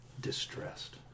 distressed